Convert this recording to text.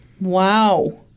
Wow